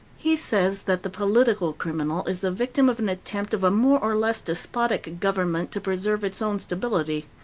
he says that the political criminal is the victim of an attempt of a more or less despotic government to preserve its own stability.